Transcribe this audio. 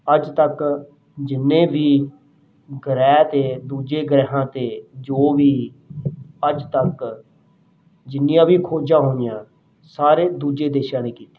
ਅੱਜ ਤੱਕ ਜਿੰਨੇ ਵੀ ਗ੍ਰਹਿ 'ਤੇ ਦੂਜੇ ਗ੍ਰਹਿਆਂ 'ਤੇ ਜੋ ਵੀ ਅੱਜ ਤੱਕ ਜਿੰਨੀਆਂ ਵੀ ਖੋਜਾਂ ਹੋਈਆਂ ਸਾਰੇ ਦੂਜੇ ਦੇਸ਼ਾਂ ਨੇ ਕੀਤੀਆਂ